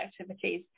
activities